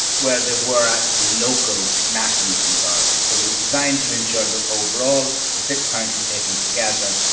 where there were actually local nationalist majorities. but it was designed to ensure that overall the six counties taken together,